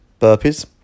burpees